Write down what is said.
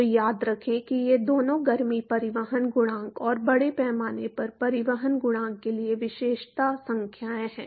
तो याद रखें कि ये दोनों गर्मी परिवहन गुणांक और बड़े पैमाने पर परिवहन गुणांक के लिए विशेषता संख्याएं हैं